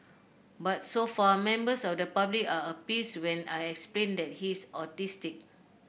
but so far members of the public are appeased when I explain that he's autistic